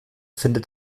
findet